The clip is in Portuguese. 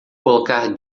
colocar